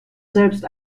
selbst